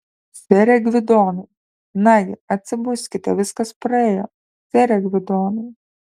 sere gvidonai nagi atsibuskite viskas praėjo sere gvidonai